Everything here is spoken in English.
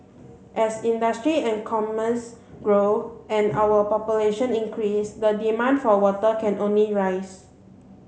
as industry and commerce grow and our population increases the demand for water can only rise